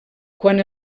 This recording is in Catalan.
quan